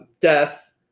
Death